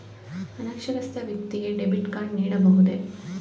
ಅನಕ್ಷರಸ್ಥ ವ್ಯಕ್ತಿಗೆ debit card ನೀಡಬಹುದೇ?